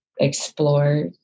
explore